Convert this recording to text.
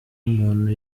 umuntu